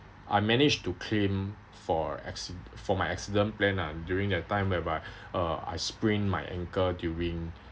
I managed to claim for acc~ for my accident plan ah during that time whereby uh I sprained my ankle during